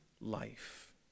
life